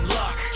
luck